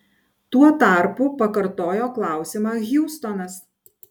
tuo tarpu pakartojo klausimą hjustonas